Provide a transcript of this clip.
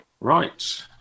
Right